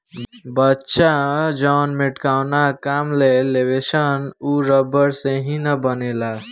बच्चा जवन मेटकावना काम में लेवेलसन उ रबड़ से ही न बनेला